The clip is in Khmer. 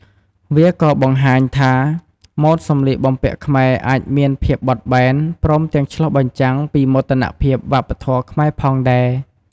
វាក៏៏បង្ហាញថា ម៉ូដសម្លៀកបំពាក់ខ្មែរអាចមានភាពបត់បែន ព្រមទាំងឆ្លុះបញ្ចាំងពីមោទនភាពវប្បធម៌ខ្មែរផងដែរ។